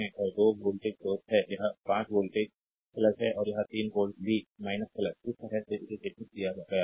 और 2 voltage source हैं यह 5 वोल्ट है और यहां 3 वोल्ट भी इस तरह से इसे चिह्नित किया गया है